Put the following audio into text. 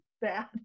bad